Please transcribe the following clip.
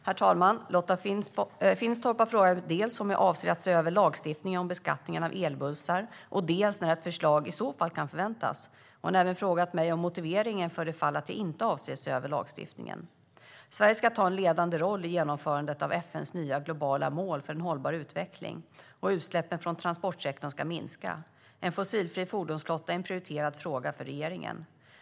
Herr talman! Lotta Finstorp har frågat mig dels om jag avser att se över lagstiftningen om beskattningen av elbussar, dels när ett förslag i så fall kan förväntas. Hon har även frågat mig om motiveringen för det fall att jag inte avser att se över lagstiftningen. Sverige ska ta en ledande roll i genomförandet av FN:s nya globala mål för en hållbar utveckling. Utsläppen från transportsektorn ska minska. En fossilfri fordonsflotta är en prioriterad fråga för regeringen.